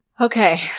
Okay